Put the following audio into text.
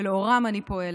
ולאורם אני פועלת.